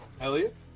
Elliot